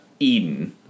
Eden